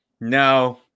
no